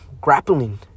grappling